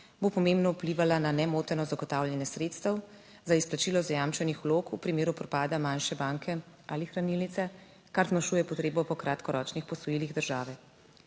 bo pomembno vplivala na nemoteno zagotavljanje sredstev za izplačilo zajamčenih vlog v primeru propada manjše banke ali hranilnice, kar zmanjšuje potrebo po kratkoročnih posojilih države.